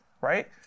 right